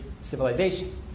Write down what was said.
civilization